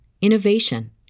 innovation